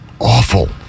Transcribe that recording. awful